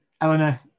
Eleanor